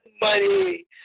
money